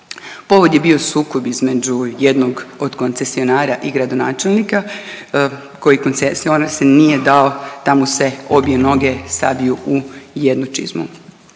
Povod je bio sukob između jednog od koncesionara i gradonačelnika koji koncesinar nije dao da mu se obje noge sabiju u jednu čizmu